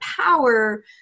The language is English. power